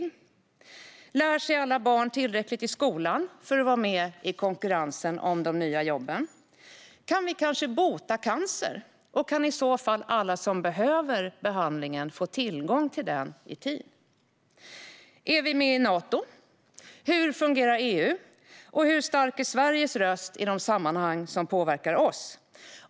Lär sig alla barn tillräckligt i skolan för att vara med i konkurrensen om de nya jobben? Kan vi kanske bota cancer, och kan i så fall alla som behöver behandlingen få tillgång till den i tid? Är vi med i Nato? Hur fungerar EU? Och hur stark är Sveriges röst i de sammanhang som påverkar oss?